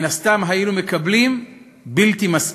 מן הסתם היינו מקבלים בלתי מספיק.